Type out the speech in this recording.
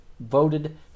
voted